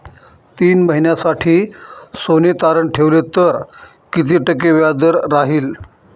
तीन महिन्यासाठी सोने तारण ठेवले तर किती टक्के व्याजदर राहिल?